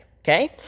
okay